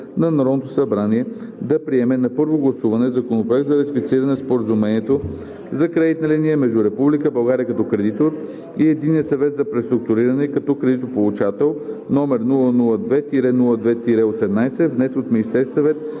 на Народното събрание да приеме на първо гласуване Законопроект за ратифициране на Споразумението за кредитна линия между Република България като кредитор и Единния съвет за преструктуриране като кредитополучател, № 002-02-18, внесен от Министерския съвет